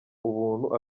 ubuntu